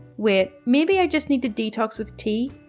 wait, maybe i just need to detox with tea,